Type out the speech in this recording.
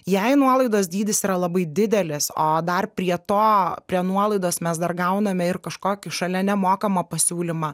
jei nuolaidos dydis yra labai didelis o dar prie to prie nuolaidos mes dar gauname ir kažkokį šalia nemokamą pasiūlymą